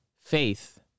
faith